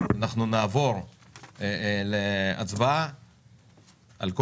נעבור על כל